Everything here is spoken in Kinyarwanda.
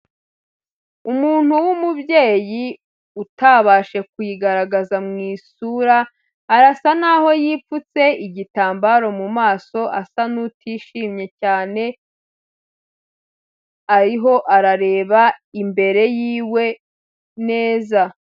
Umuntu w'umubyeyi utabashe kwigaragaza mu isura, arasa n'aho yipfutse igitambaro mu maso, asa n'utishimye cyane, ariho arareba imbere yiwe neza.